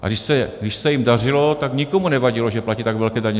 A když se jim dařilo, tak nikomu nevadilo, že platí tak velké daně.